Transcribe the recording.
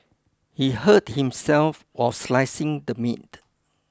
he hurt himself while slicing the meat